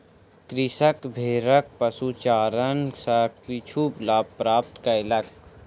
कृषक भेड़क पशुचारण सॅ किछु लाभ प्राप्त कयलक